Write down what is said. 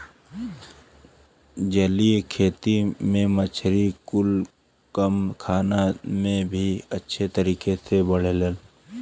जलीय खेती में मछली कुल कम खाना में भी अच्छे तरीके से बढ़ेले